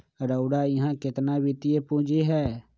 रउरा इहा केतना वित्तीय पूजी हए